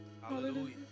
Hallelujah